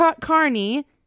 Carney